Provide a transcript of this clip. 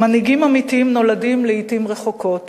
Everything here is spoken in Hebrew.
"מנהיגים אמיתיים נולדים לעתים רחוקות,